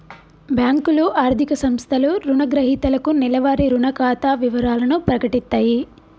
బ్యేంకులు, ఆర్థిక సంస్థలు రుణగ్రహీతలకు నెలవారీ రుణ ఖాతా వివరాలను ప్రకటిత్తయి